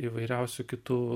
įvairiausių kitų